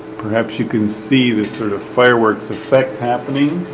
perhaps you can see this sort of fireworks effect happening,